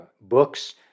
books